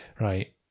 right